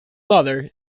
mother